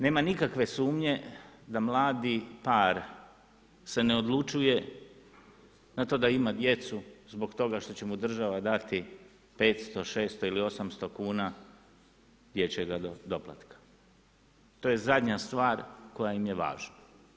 Nema nikakve sumnje da mladi par se ne odlučuje na to da ima djecu zbog toga što će mu država dati 500, 600 ili 800 kuna dječjega doplatka, to je zadnja stvar koja im je važna.